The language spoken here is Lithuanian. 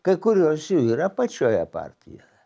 kai kurios jų yra pačioje partijoje